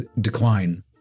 decline